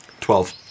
Twelve